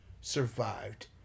survived